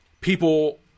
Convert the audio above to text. people